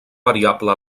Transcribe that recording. variable